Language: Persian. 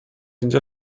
اینجا